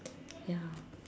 ya